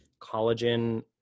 collagen